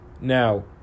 Now